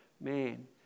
man